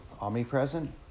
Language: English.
omnipresent